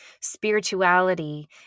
Spirituality